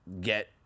get